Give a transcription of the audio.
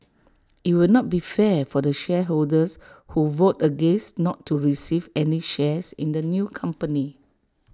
IT will not be fair for the shareholders who vote against not to receive any shares in the new company